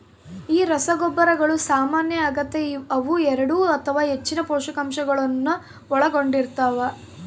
ಈ ರಸಗೊಬ್ಬರಗಳು ಸಾಮಾನ್ಯ ಆಗತೆ ಅವು ಎರಡು ಅಥವಾ ಹೆಚ್ಚಿನ ಪೋಷಕಾಂಶಗುಳ್ನ ಒಳಗೊಂಡಿರ್ತವ